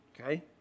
Okay